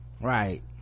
right